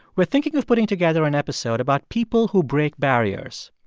we're thinking of putting together an episode about people who break barriers.